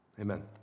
Amen